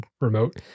remote